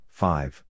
five